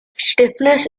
stiffness